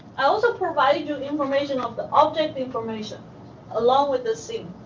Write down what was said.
i also provide you information of the object information along with the scene.